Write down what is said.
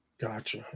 Gotcha